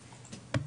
בבקשה.